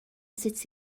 sut